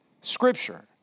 Scripture